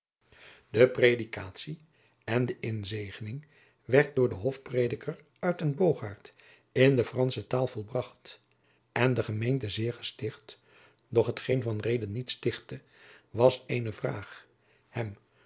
de predikatie en de inzegening werd door den hofprediker uytenbogaert in de fransche taal volbracht en de gemeente zeer gesticht doch hetgeen van reede niet stichtte was eene vraag hem